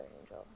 angel